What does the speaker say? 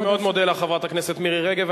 אני מאוד מודה לך, חברת הכנסת מירי רגב.